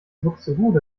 buxtehude